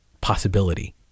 possibility